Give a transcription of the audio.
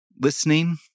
listening